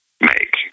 Make